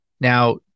Now